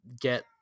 get